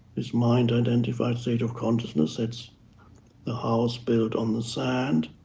this mind identified state of consciousness. it's the house built on the sand.